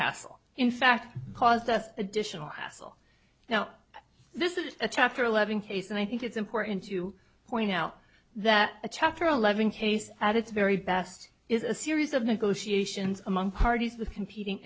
hassle in fact caused us additional hassle now this is a chapter eleven case and i think it's important to point out that the chapter eleven case at its very best is a series of negotiations among parties the competing